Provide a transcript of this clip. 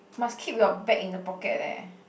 must keep your bag in the pocket leh